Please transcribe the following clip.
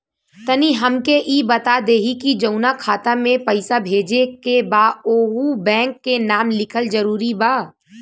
तनि हमके ई बता देही की जऊना खाता मे पैसा भेजे के बा ओहुँ बैंक के नाम लिखल जरूरी बा?